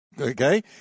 Okay